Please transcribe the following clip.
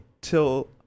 till